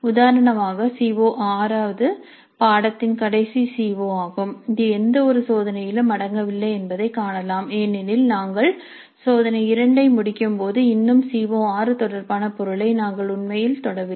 உதாரணமாக சிஓ6 இது பாடத்தின் கடைசி சிஓ ஆகும் இது எந்தவொரு சோதனையிலும் அடங்கவில்லை என்பதைக் காணலாம் ஏனெனில் நாங்கள் சோதனை2 ஐ முடிக்கும்போது இன்னும் சிஓ6 தொடர்பான பொருளை நாங்கள் உண்மையில் தொடவில்லை